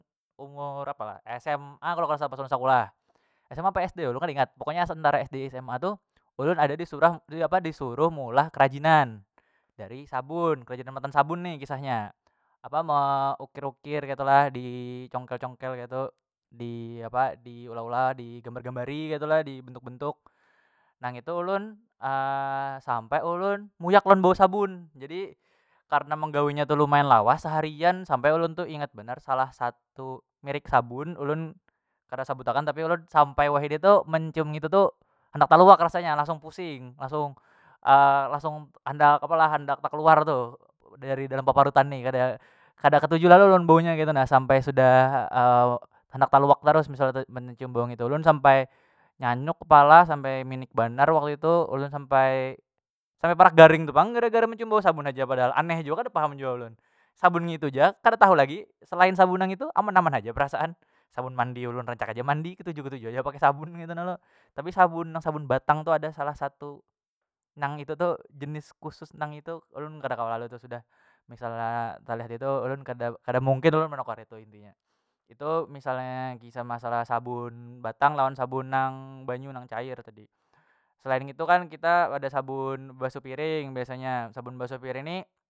Umur apa lah sma kalo kada salah pas ulun sekulah sma apa sd dulu ulun kada ingat pokoknya sendar sd sma tu ulun ada disurah apa disuruh meulah kerajinan dari sabun kerajinan matan sabun ni kisahnya apa meukir- ukir ketu lah di congkel- congkel ketu di apa di ulah- ulah di gambar- gambari ketu lah di bentuk- bentuk nang itu ulun sampai ulun munyak lawan bau sabun jadi karna menggawinya tu lumayan lawas seharian sampai ulun tu ingat banar salah satu merek sabun ulun kada sabut akan tapi ulun sampai wahini tu mencium ngitu tu handak taluak rasanya langsung pusing langsung langsung andak apa lah andak takaluar tu dari dalam paparutan ni kada- kada katuju lalu lawan baunya ketu nah sampai sudah handak taluak tarus misal mencium bau nang itu ulun sampai nyanyuk kepala sampai minik banar waktu itu ulun sampai- sampai parak garing tu pang gara- gara mencium bau sabun haja padahal aneh jua kada paham jua ulun sabun ngitu ja kada tahu lagi selain sabun nang itu aman- aman haja perasaan sabun mandi ulun rancak haja mandi ketuju- ketuju haja pakai sabun ngitu nah lo tapi sabun nang sabun batang tu salah satu nang itu tu jenis khusus nang itu ulun kada kawa lalu tu sudah misalnya tu ulun kada- kada mungkin ulun menukar itu inti nya itu misalnya kisah masalah sabun batang lawan sabun nang banyu nang cair tadi, selain ngitu kan kita ada sabun basuh piring biasanya sabun basuh piring ni.